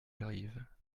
j’arrive